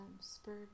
spurred